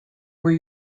were